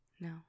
No